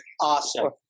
Awesome